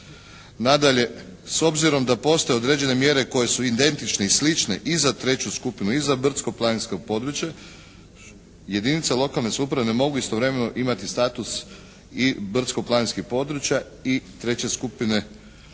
Nadalje s obzirom da postoje određene mjere koje su identične i slične i za treću skupinu i za brdsko-planinska područja, jedinice lokalne samouprave ne mogu istovremeno imati status i brdsko-planinskih područja i treće skupine općina